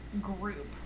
group